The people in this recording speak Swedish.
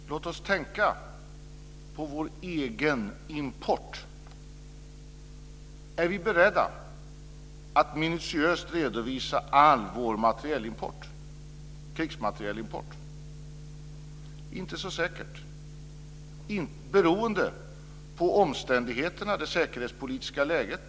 Fru talman! Låt oss tänka på vår egen import. Är vi beredda att minutiöst redovisa all vår krigsmaterielimport? Det är inte så säkert. Det beror på omständigheterna och det säkerhetspolitiska läget.